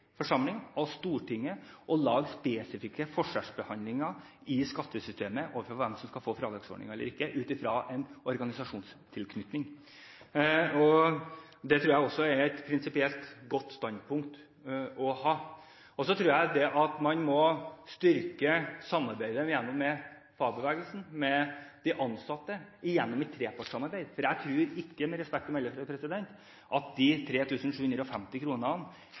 Stortinget, å bidra til spesifikke forskjellsbehandlinger i skattesystemet når det gjelder hvem som skal få fradragsordninger eller ikke ut fra en organisasjonstilknytning. Det tror jeg også er et prinsipielt godt standpunkt å ha. Så tror jeg at man må styrke samarbeidet med fagbevegelsen og med de ansatte gjennom et trepartssamarbeid, for jeg tror ikke, med respekt å melde, at de 3 750 kronene